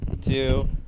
two